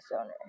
owner